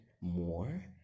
more